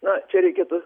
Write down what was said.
na čia reikėtų